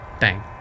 Bang